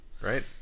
right